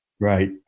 Right